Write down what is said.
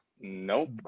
Nope